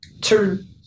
turn